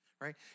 right